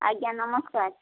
ଆଜ୍ଞା ନମସ୍କାର